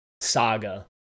saga